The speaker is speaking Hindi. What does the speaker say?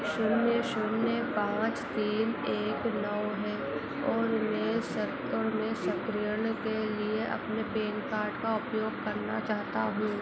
शून्य शून्य पाँच तीन एक नौ है और मैं के लिए अपने पेन कार्ड का उपयोग करना चाहता हूँ